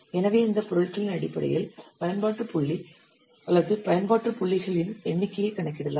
எனவே இந்த பொருள்களின் அடிப்படையில் பயன்பாட்டு புள்ளி அல்லது பயன்பாட்டு புள்ளிகளின் எண்ணிக்கையை கணக்கிடலாம்